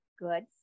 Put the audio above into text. good